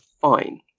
fine